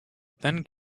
then